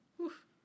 Oof